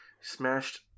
smashed